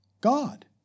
God